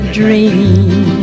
dream